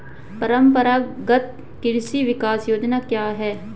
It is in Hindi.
परंपरागत कृषि विकास योजना क्या है?